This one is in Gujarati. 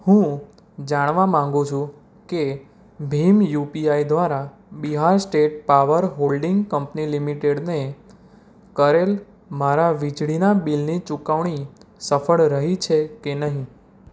હું જાણવા માંગુ છું કે ભીમ યુપીઆઈ દ્વારા Bihar state power holding company લિમિટેડને કરેલ મારા વીજળીના બિલની ચુકવણી સફળ રહી છે કે નહીં